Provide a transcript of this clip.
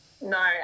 No